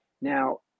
Now